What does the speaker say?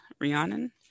rihanna